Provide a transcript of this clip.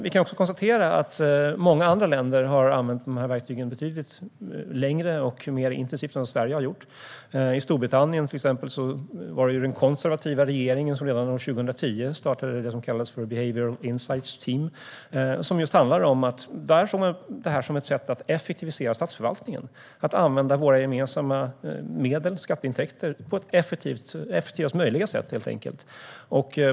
Vi kan också konstatera att många andra länder har använt dessa verktyg betydligt längre och mer intensivt än vad Sverige har gjort. I Storbritannien, till exempel, var det den konservativa regeringen som redan år 2010 startade det som kallades för the Behavioural Insights Team. Det handlar just om att använda detta som ett sätt att effektivisera statsförvaltningen - att helt enkelt använda våra gemensamma medel och skatteintäkter på effektivast möjliga sätt.